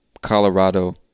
Colorado